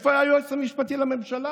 איפה היה היועץ המשפטי לממשלה,